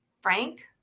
Frank